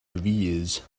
arrears